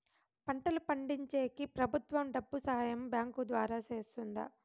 పంటలు పండించేకి ప్రభుత్వం డబ్బు సహాయం బ్యాంకు ద్వారా చేస్తుందా?